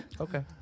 okay